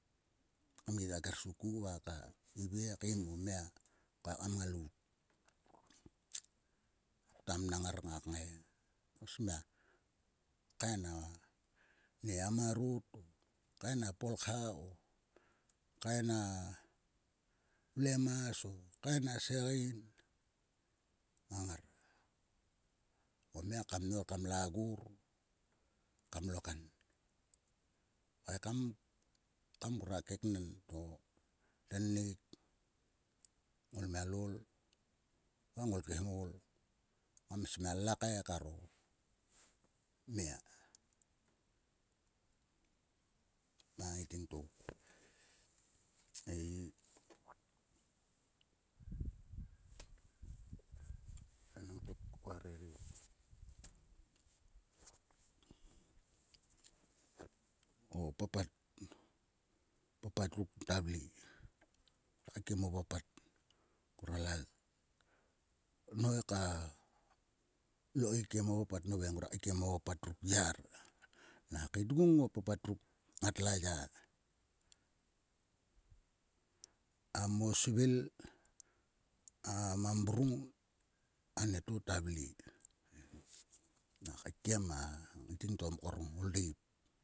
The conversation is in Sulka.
Kmit a ker suku a va keivie keim o mia ko ekam ngalout ktua mnang ngar ngak ngei. Ngo smia kaen a nie a marot o a polkha o kaen a vlemas o. kaen a segein ngang ngar. O mia kam la gor kam lo kan. E kam. kam ngrua keknen to tennik ngomialol. ngol khengol ngam smia lakai kar o mia ma ngaiting to ei. Enang tok koa rere mo papat. o papat ruk ngta vle. Ngruak keikiem o papat nguala nho he ka ol keikiem o papat. Nove ngruak kaikiemo papat ruk iyar nang keitgung o papat ruk nong la yar. A mo svil. a mamrung a nieto ta vle nak keikiem a ngaiting to mko ngoldeip.